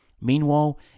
Meanwhile